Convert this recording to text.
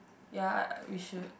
ya we should